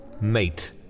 Mate